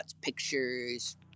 pictures